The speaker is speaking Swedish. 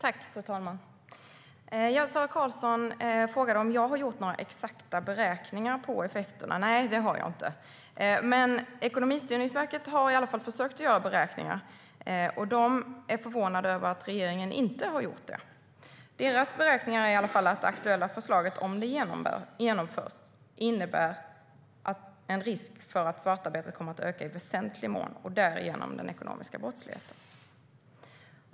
Fru talman! Sara Karlsson frågade om jag har gjort några exakta beräkningar på effekterna. Nej, det har jag inte. Ekonomistyrningsverket har dock försökt göra beräkningar, och de är förvånade över att regeringen inte har gjort det. Deras beräkningar är att det aktuella förslaget - om det genomförs - innebär en risk för att svartarbetet, och därigenom den ekonomiska brottsligheten, kommer att öka i väsentlig mån.